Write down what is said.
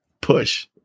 push